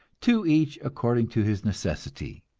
to each according to his necessity.